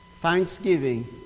Thanksgiving